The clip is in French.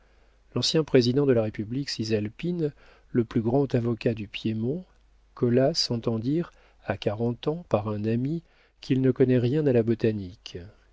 l'ancien président de la république cisalpine le plus grand avocat du piémont colla s'entend dire à quarante ans par un ami qu'il ne connaît rien à la botanique